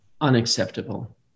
unacceptable